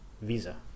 visa